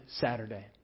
Saturday